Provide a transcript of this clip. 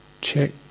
check